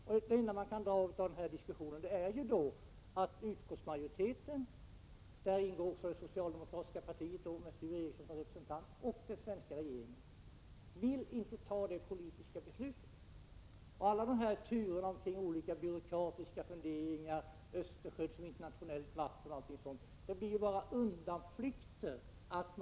Den enda slutsats man kan dra av den här diskussionen är att utskottsmajoriteten, vari Sture Ericson ingår som representant för det socialdemokratiska partiet, och den svenska regeringen inte vill fatta detta politiska beslut. Alla svepande formuleringar om byråkratiska procedurer och om att Östersjön är att betrakta som internationellt vatten och annat sådant verkar bara som undanflykter.